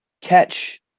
catch